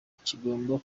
kigomba